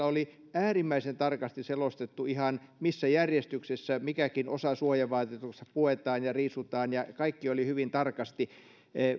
oli äärimmäisen tarkasti selostettu ihan missä järjestyksessä mikäkin osa suojavaatetusta puetaan ja riisutaan ja kaikki oli hyvin tarkasti